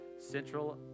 central